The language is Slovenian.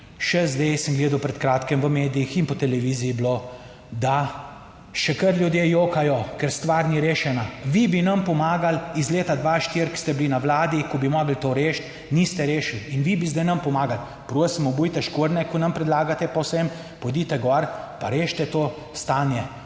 še zdaj sem gledal pred kratkim v medijih in po televiziji je bilo da še kar ljudje jokajo, ker stvar ni rešena. Vi bi nam pomagali iz leta 2004, ko ste bili na Vladi, ko bi morali to rešiti niste rešili in vi bi zdaj nam pomagali. Prosim, obujte škornje, ko nam predlagate pa vsem pojdite gor pa rešite to stanje,